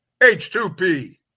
H2P